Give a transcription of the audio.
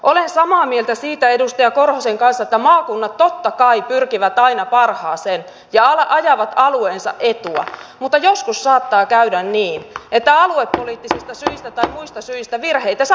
olen samaa mieltä siitä edustaja korhosen kanssa että maakunnat totta kai pyrkivät aina parhaaseen ja ajavat alueensa etua mutta joskus saattaa käydä niin että aluepoliittisista tai muista syistä virheitä ja ylilyöntejä saattaa syntyä